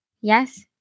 yes